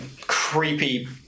creepy